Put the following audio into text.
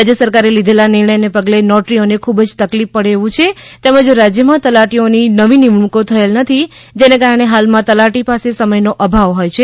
રાજ્ય સરકારે લીઘેલા નિર્ણયને પગલે નોટરીઓને ખુબ જ તકલીફ પડે એવું છે તેમજ રાજ્યમાં તલાટીઓની નવી નિમણૂકો થયેલ નથી જેને કારણે હાલમાં તલાટી પાસે સમયનો અભાવ હોય છે